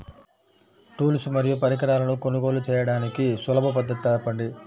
Tools మరియు పరికరాలను కొనుగోలు చేయడానికి సులభ పద్దతి తెలపండి?